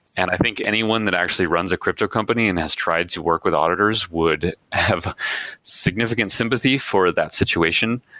and i think anyone that actually runs a crypto company and has tried to work with auditors would have significant sympathy for that situation.